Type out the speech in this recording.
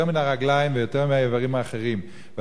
יותר מהרגליים ויותר מהאיברים האחרים.